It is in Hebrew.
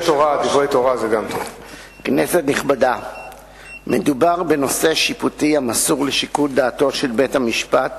האם ראוי לדעתך שקציני משטרה ייפגשו בלשכת נשיאת בית-משפט